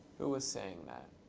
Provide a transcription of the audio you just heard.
who was saying that?